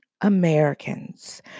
Americans